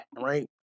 right